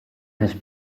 has